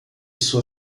sua